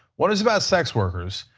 what is about sex workers,